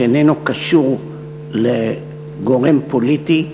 שאינו קשור לגורם פוליטי,